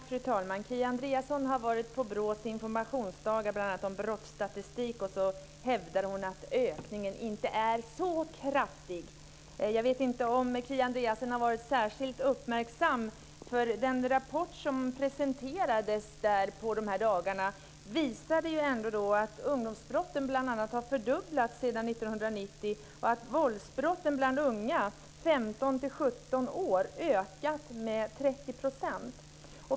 Fru talman! Kia Andreasson har varit på BRÅ:s informationsdagar om bl.a. brottsstatistik, och så hävdar hon att ökningen inte är så kraftig. Jag vet inte om Kia Andreasson har varit särskilt uppmärksam, för den rapport som presenterades där visade bl.a. att ungdomsbrotten har fördubblats sedan 1990 och att våldsbrotten bland unga, 15-17 år, ökat med 30 %.